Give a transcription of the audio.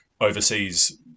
overseas